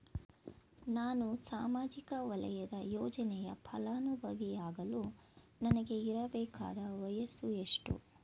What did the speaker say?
ನಾನು ಸಾಮಾಜಿಕ ವಲಯದ ಯೋಜನೆಯ ಫಲಾನುಭವಿಯಾಗಲು ನನಗೆ ಇರಬೇಕಾದ ವಯಸ್ಸುಎಷ್ಟು?